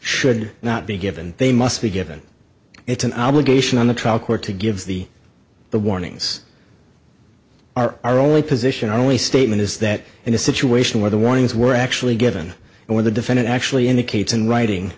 should not be given they must be given it's an obligation on the trial court to give the the warnings our our only position our only statement is that in a situation where the warnings were actually given and when the defendant actually indicates in writing